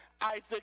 Isaac